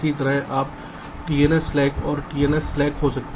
इसी तरह आप TNS स्लैक और TNS स्लैक हो सकते हैं